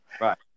Right